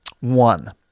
One